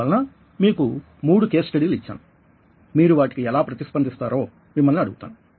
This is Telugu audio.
అందువలన మీకు 3 కేస్ స్టడీలు ఇచ్చాను మీరు వాటికి ఎలా ప్రతి స్పందిస్తారో మిమ్మల్ని అడుగుతాను